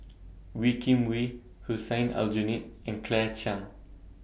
Wee Kim Wee Hussein Aljunied and Claire Chiang